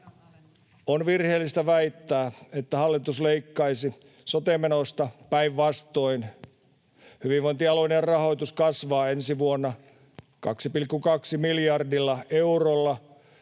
On virheellistä väittää, että hallitus leikkaisi sote-menoista. Päinvastoin hyvinvointialueiden rahoitus kasvaa ensi vuonna 2,2 miljardilla eurolla